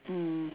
mm